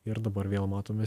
ir dabar vėl matome